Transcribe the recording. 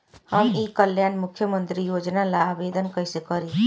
हम ई कल्याण मुख्य्मंत्री योजना ला आवेदन कईसे करी?